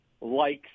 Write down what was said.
likes –